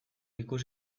ikus